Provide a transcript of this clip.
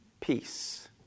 peace